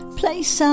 place